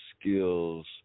skills